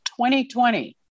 2020